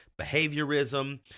behaviorism